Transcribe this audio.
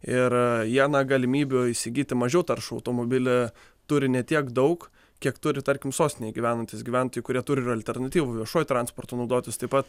ir jie na galimybių įsigyti mažiau taršų automobilį turi ne tiek daug kiek turi tarkim sostinėje gyvenantys gyventojai kurie turi ir alternatyvų viešuoju transportu naudotis taip pat